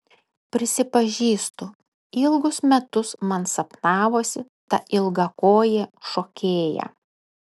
prisipažįstu ilgus metus man sapnavosi ta ilgakojė šokėja